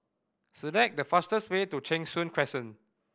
select the fastest way to Cheng Soon Crescent